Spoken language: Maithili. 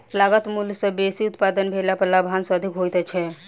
लागत मूल्य सॅ बेसी उत्पादन भेला पर लाभांश अधिक होइत छै